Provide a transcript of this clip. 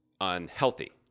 unhealthy